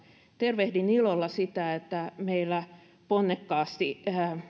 tervehdin ilolla sitä että meillä ponnekkaasti